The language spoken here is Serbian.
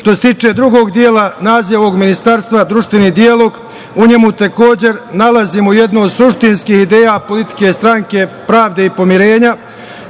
se tiče drugog dela naziva ovog ministarstva, društveni dijalog, u njemu takođe nalazimo jednu od suštinskih ideja politike Stranke pravde i pomirenja